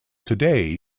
today